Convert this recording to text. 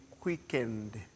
quickened